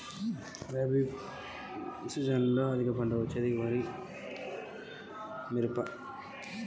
రబీ సీజన్లో అధిక దిగుబడి వచ్చే పంటల రకాలు ఏవి?